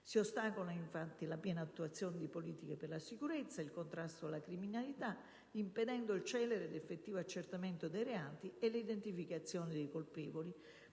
Si ostacolano infatti la piena attuazione di politiche per la sicurezza e il contrasto alla criminalità, impedendo il celere ed effettivo accertamento dei reati e l'identificazione dei colpevoli,